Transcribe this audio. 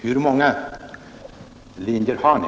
Hur många linjer har ni?